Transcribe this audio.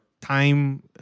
time